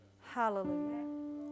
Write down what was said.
hallelujah